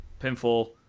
Pinfall